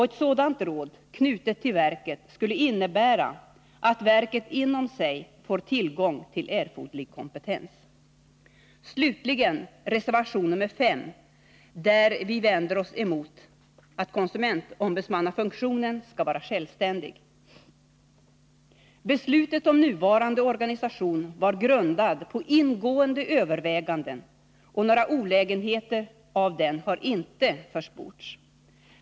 Ett sådant råd, knutet till verket, skulle innebära att verket inom sig fick tillgång till erforderlig kompetens. I reservation nr 5 slutligen vänder vi oss emot att konsumentombudsmannafunktionen skall vara självständig. Beslutet om nuvarande organisation var grundat på ingående överväganden, och några olägenheter av den har inte försports.